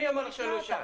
מי אמר שאני לא אשאל?